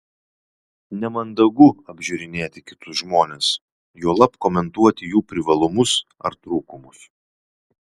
nemandagu apžiūrinėti kitus žmones juolab komentuoti jų privalumus ar trūkumus